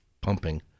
pumping